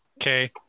Okay